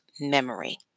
memory